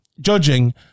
judging